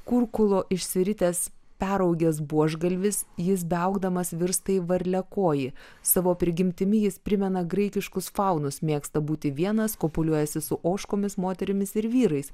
kurkulo išsiritęs peraugęs buožgalvis jis beaugdamas virsta į varliakojį savo prigimtimi jis primena graikiškus faunus mėgsta būti vienas kopuliuojasi su ožkomis moterimis ir vyrais